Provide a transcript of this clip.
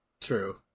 True